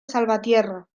salvatierra